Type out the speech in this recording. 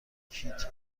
کیت